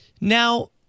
Now